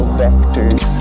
vectors